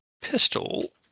pistol